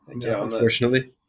Unfortunately